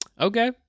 Okay